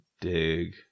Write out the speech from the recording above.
dig